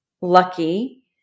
lucky